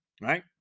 right